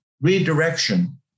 redirection